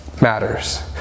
matters